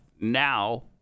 now